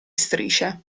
strisce